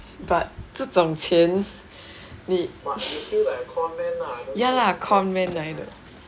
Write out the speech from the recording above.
but 这种钱 need ya lah con men 来的